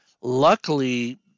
Luckily